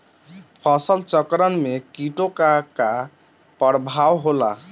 फसल चक्रण में कीटो का का परभाव होला?